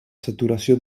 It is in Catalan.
saturació